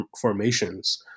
formations